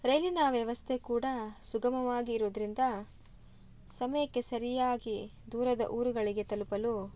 ರೈಲಿನ ವ್ಯವಸ್ಥೆ ಕೂಡ ಸುಗಮವಾಗಿ ಇರೋದರಿಂದ ಸಮಯಕ್ಕೆ ಸರಿಯಾಗಿ ದೂರದ ಊರುಗಳಿಗೆ ತಲುಪಲು